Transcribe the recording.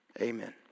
Amen